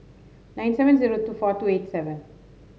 nine seven zero two four two eight seven